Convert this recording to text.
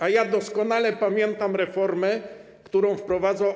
A ja doskonale pamiętam reformę, którą wprowadzał AWS.